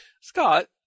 Scott